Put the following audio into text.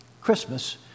Christmas